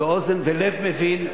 ולב מבין.